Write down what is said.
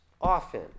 often